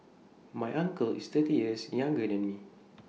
my uncle is thirty years younger than me